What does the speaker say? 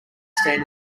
stand